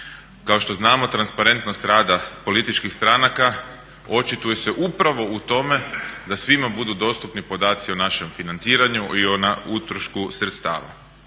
Kao što znamo transparentnost rada političkih stranaka očituje se upravo u tome da svima budu dostupni podaci o našem financiranju i o utrošku sredstava.